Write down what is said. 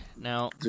Now